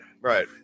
Right